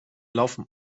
laufen